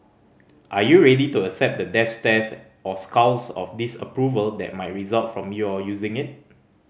are you ready to accept the death stares or scowls of disapproval that might result from your using it